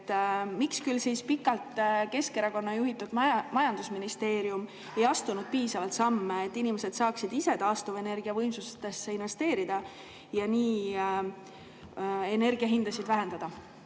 miks küll pikalt Keskerakonna juhitud majandusministeerium ei astunud piisavalt samme, et inimesed saaksid ise taastuvenergiavõimsustesse investeerida ja nii energia hindasid vähendada?